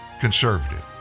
conservative